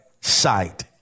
sight